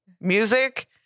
Music